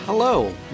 Hello